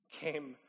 came